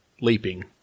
leaping